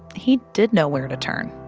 he did know where to turn.